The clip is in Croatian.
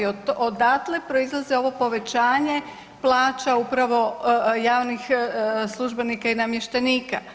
Odatle proizlazi ovo povećanje plaća upravo javnih službenika i namještenika.